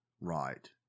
Right